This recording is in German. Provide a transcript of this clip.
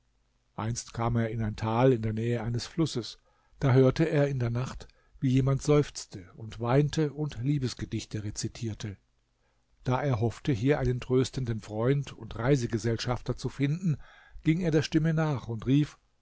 einst kam er in ein tal in der nähe eines flusses da hörte er in der nacht wie jemand seufzte und weinte und liebesgedichte rezitierte da er hoffte hier einen tröstenden freund und reisegesellschafter zu finden ging er der stimme nach und rief